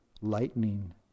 lightning